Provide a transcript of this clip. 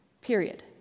Period